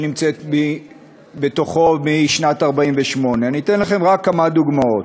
נמצאת בו משנת 1948. אני אתן לכם רק כמה דוגמאות: